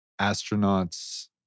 astronauts